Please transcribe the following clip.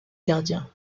gardien